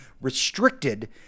restricted